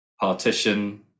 partition